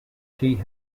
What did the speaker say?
tea